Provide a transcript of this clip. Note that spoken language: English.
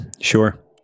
Sure